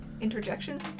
Interjection